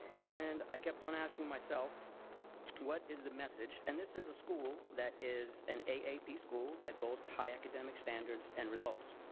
and i kept on asking myself what is the message. and this is a school that is an a a p. school that boasts high academic standards and results.